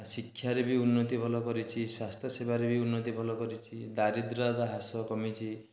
ଶିକ୍ଷାରେ ବି ଉନ୍ନତି ଭଲ କରିଛି ସ୍ୱାସ୍ଥ୍ୟ ସେବାରେ ବି ଉନ୍ନତି ଭଲ କରିଛି ଦରିଦ୍ରତା ହ୍ରାସ କମିଛି